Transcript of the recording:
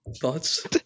thoughts